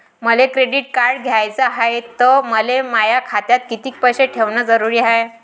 मले credit card घ्याचं हाय, त मले माया खात्यात कितीक पैसे ठेवणं जरुरीच हाय?